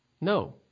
No